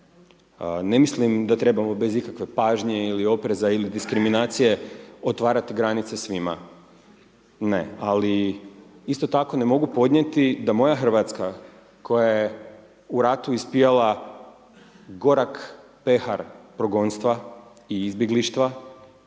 ne mislim da trebamo bez ikakve pažnje ili opreza ili diskriminacije otvarati granice svima. Ne, ali, isto tako ne mogu podnijeti da moja RH koja je u ratu ispijala gorak pehar progonstva i izbjeglištva,